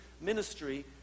ministry